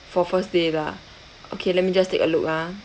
for first day lah okay let me just take a look ah